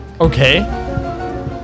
Okay